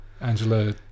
Angela